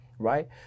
Right